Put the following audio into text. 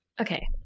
Okay